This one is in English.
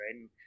right